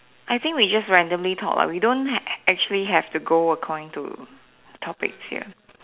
I think we just randomly talk ah we don't ac~ actually have to go according to topics here